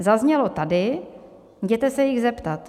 Zaznělo tady: Jděte se jich zeptat.